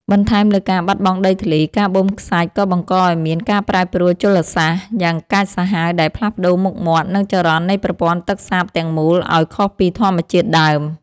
បន្ថែមលើការបាត់បង់ដីធ្លី ការបូមខ្សាច់ក៏បង្កឱ្យមាន ការប្រែប្រួលជលសាស្ត្រ យ៉ាងកាចសាហាវដែលផ្លាស់ប្តូរមុខមាត់ និងចរន្តនៃប្រព័ន្ធទឹកសាបទាំងមូលឱ្យខុសពីធម្មជាតិដើម។